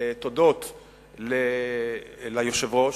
תודות ליושב-ראש,